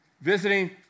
visiting